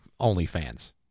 OnlyFans